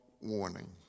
warning